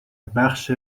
بخش